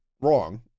wrong